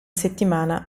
settimana